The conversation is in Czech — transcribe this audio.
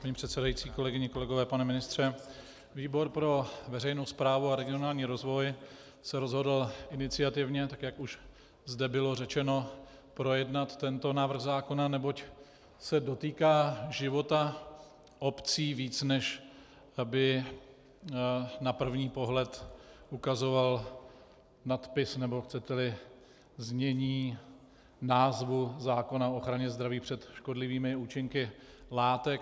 Paní předsedající, kolegyně, kolegové, pane ministře, výbor pro veřejnou správu a regionální rozvoj se rozhodl iniciativně, jak už zde bylo řečeno, projednat tento návrh zákona, neboť se dotýká života obcí víc, než jak by na první pohled ukazoval nadpis, nebo chceteli znění názvu zákona o ochraně zdraví před škodlivými účinky látek.